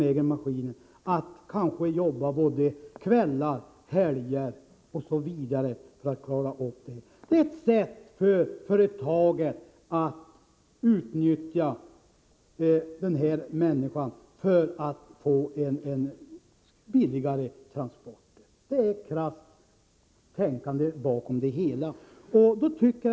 Personerna måste kanske arbeta både kvällar och helger för att klara av situationen. Det här är ett sätt för företagen att utnyttja människor för att få till stånd billigare transporter. Bakom det hela ligger ett krasst tänkande.